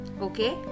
okay